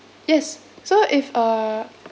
yes so if uh